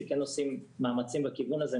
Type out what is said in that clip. שכן עושים מאמצים בכיוון הזה,